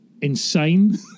insane